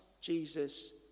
Jesus